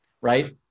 right